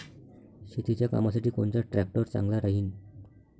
शेतीच्या कामासाठी कोनचा ट्रॅक्टर चांगला राहीन?